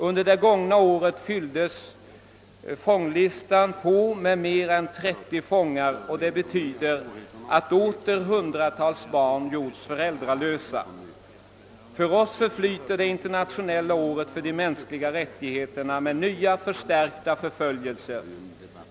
Under det gångna året fylldes EHB:s fånglista på med mer än 30 fångar, och det betyder att åter hundratals barn gjorts föräldralösa. För oss förflyter det internationella året för de mänskliga rättigheterna med nya, förstärkta förföljelser.